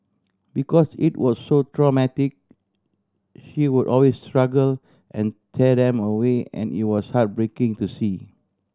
because it was so traumatic she would always struggle and tear them away and it was heartbreaking to see